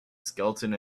skeleton